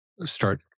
start